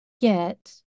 get